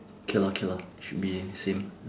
okay lor okay lor should be same